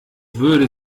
würde